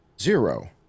zero